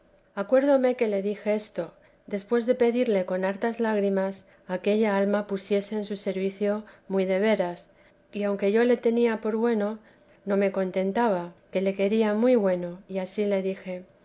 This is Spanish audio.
acuerdóme que le dije esto después de pedirle con hartas lágrimas aquella alma pusiese en su servicio muy de veras que aunque yo la tenía por buena no me contentaba que le quería muy bueno y ansí le dije